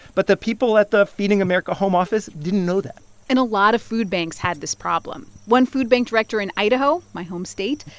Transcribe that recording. but the people at the feeding america home office didn't know that and a lot of food banks had this problem. one food bank director in idaho, my home state,